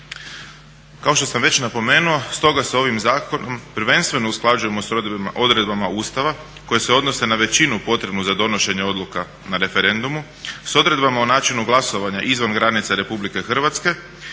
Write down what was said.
Kao što sam već napomenuo, stoga se ovim zakonom prvenstveno usklađujemo sa odredbama Ustava koje se odnose na većinu potrebnu za donošenje odluka na referendumu s odredbama o načinu glasovanja izvan granica RH. Također